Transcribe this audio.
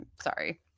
sorry